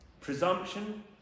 Presumption